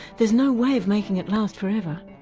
there's no way of making it last forever,